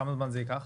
כמה זמן זה ייקח?